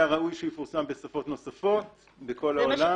היה ראוי שיפורסם בשפות נוספות בכל העולם.